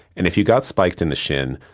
and if you got spiked in the shin,